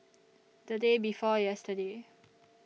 The Day before yesterday